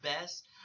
best